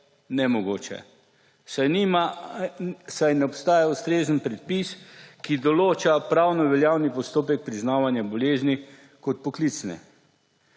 nemogoče, saj ne obstaja ustrezen predpis, ki določa pravno veljavni postopek priznavanja bolezni kot poklicne.